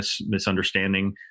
misunderstanding